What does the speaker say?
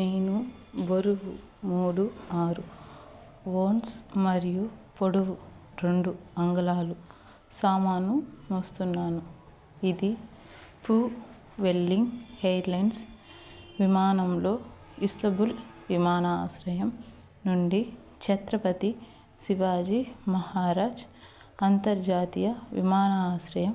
నేను బరువు మూడు ఆరు ఔన్స్ మరియు పొడవు రెండు అంగుళాలు సామాను మోస్తున్నాను ఇది పూ వెల్లింగ్ హెయిర్లైన్స్ విమానంలో విస్తబుల్ విమానాశ్రయం నుండి ఛత్రపతి శివాజీ మహారాజ్ అంతర్జాతీయ విమానాశ్రయం